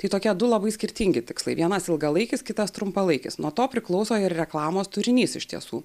tai tokie du labai skirtingi tikslai vienas ilgalaikis kitas trumpalaikis nuo to priklauso ir reklamos turinys iš tiesų